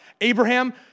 Abraham